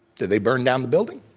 did they burn down the building?